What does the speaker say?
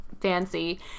fancy